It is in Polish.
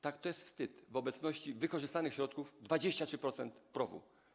Tak, to jest wstyd w obliczu wykorzystanych środków - 23% PROW.